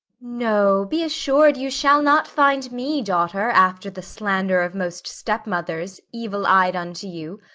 no, be assur'd you shall not find me, daughter, after the slander of most stepmothers, evil-ey'd unto you.